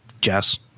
Jess